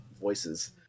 voices